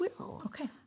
Okay